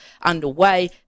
underway